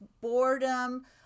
boredom